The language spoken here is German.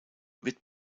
wird